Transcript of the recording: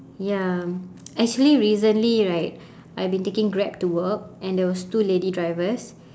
ya actually recently right I've been taking grab to work and there was two lady drivers